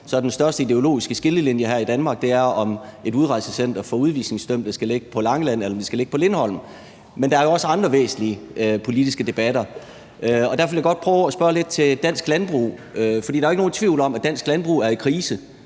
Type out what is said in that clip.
for det borgerlige Danmark, her i Danmark, er, om et udrejsecenter for udvisningsdømte skal ligge på Langeland, eller om det skal ligge på Lindholm. Men der er jo også andre væsentlige politiske debatter, og derfor vil jeg godt prøve at spørge lidt til dansk landbrug. For der er jo ikke nogen tvivl om, at dansk landbrug er i krise.